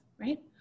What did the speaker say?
right